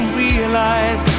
realize